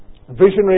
visionary